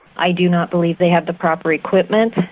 i do not believe they have the proper equipment,